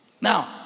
Now